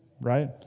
right